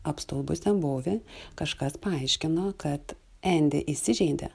apstulbusiam bouvi kažkas paaiškino kad endi įsižeidė